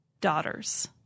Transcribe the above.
daughters